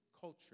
culture